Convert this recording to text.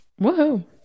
Woohoo